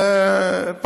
וטוסטוס לא עושה ביטוח?